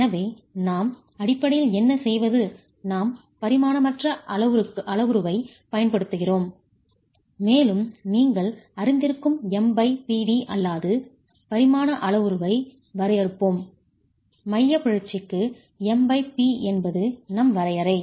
எனவே நாம்அடிப்படையில் என்ன செய்வது நாம் பரிமாணமற்ற அளவுருவைப் பயன்படுத்துகிறோம் மேலும் நீங்கள் அறிந்திருக்கும் MPd அல்லாத பரிமாண அளவுருவை வரையறுப்போம் மையப் பிறழ்ச்சிக்கு MP என்பது நம் வரையறை